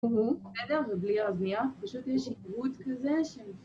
בסדר, ובלי האוזניות, פשוט יש עיוות כזה ש...